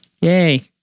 Yay